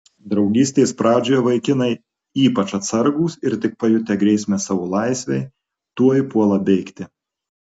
draugystės pradžioje vaikinai ypač atsargūs ir tik pajutę grėsmę savo laisvei tuoj puola bėgti